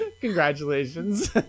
Congratulations